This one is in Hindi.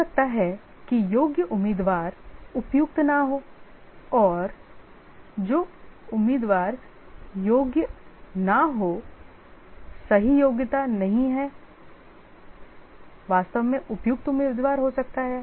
हो सकता है कि योग्य उम्मीदवार उपयुक्त न हो और जो उम्मीदवार योग्य न हो सही योग्यता नहीं है वास्तव में उपयुक्त उम्मीदवार हो सकता है